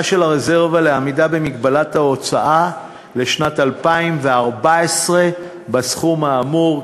הרזרבה לעמידה במגבלת ההוצאה לשנת 2014 בסכום האמור,